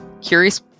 curious